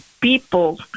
People